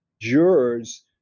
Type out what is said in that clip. jurors